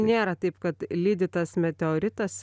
nėra taip kad lydytas meteoritas